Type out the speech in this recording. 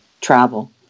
travel